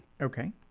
okay